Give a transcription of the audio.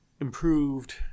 improved